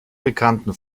bekannten